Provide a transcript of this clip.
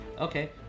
Okay